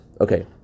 Okay